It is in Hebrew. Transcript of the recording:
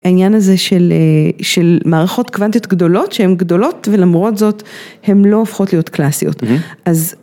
העניין הזה של א... של מערכות קוונטיות גדולות, שהן גדולות, ולמרות זאת, הן לא הופכות להיות קלאסיות. אז,